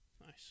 Nice